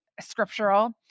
scriptural